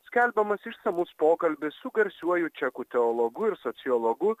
skelbiamas išsamus pokalbis su garsiuoju čekų teologu ir sociologu